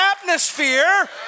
atmosphere